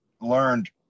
learned